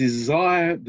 Desire